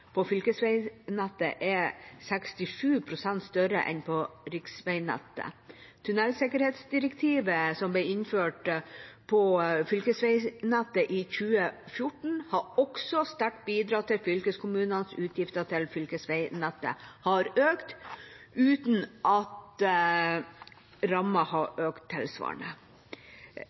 på fylkesveinettet er 67 pst. større enn på riksveinettet. Tunnelsikkerhetsdirektivet som ble innført for fylkesveinettet i 2014, har også bidratt sterkt til at fylkeskommunenes utgifter til fylkesveinettet har økt, uten at rammen har økt tilsvarende.